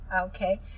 Okay